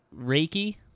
Reiki